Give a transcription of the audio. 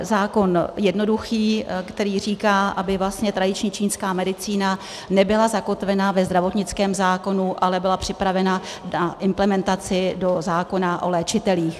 Zákon jednoduchý, který říká, aby tradiční čínská medicína nebyla zakotvena ve zdravotnickém zákonu, ale byla připravena na implementaci do zákona o léčitelích.